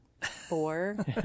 Four